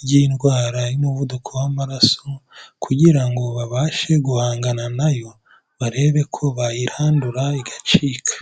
ry'indwara y'umuvuduko w'amaraso kugira ngo babashe guhangana nayo, barebe ko bayirandura igacika.